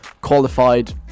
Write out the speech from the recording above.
qualified